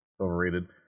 overrated